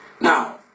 Now